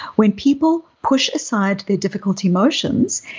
when people push aside their difficulty motions,